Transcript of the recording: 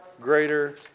greater